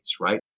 right